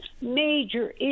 major